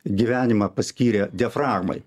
gyvenimą paskyrė diafragmai